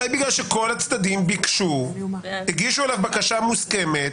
אבל אולי זה בגלל שכל הצדדים ביקשו והגישו לו בקשה מוסכמת?